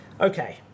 Okay